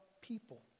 people